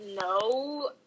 no